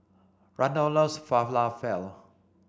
Randolf loves Falafel